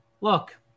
Look